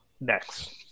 next